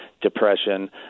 depression